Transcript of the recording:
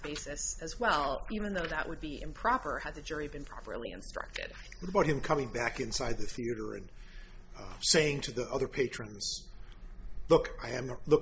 basis as well even though that would be improper had the jury been properly instructed about him coming back inside the theater and saying to the other patrons look